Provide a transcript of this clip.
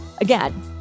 Again